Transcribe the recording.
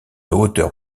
hauteur